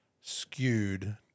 skewed